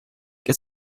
get